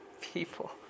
people